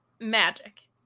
magic